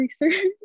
research